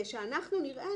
ושאנחנו נראה